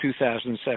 2007